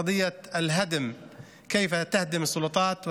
והסוגיות החשובות לאנשים,